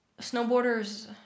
snowboarders